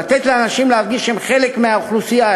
לתת לאנשים להרגיש שהם חלק מהאוכלוסייה,